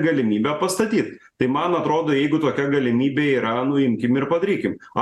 galimybę pastatyt tai man atrodo jeigu tokia galimybė yra nu imkim ir padarykim o